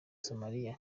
somalia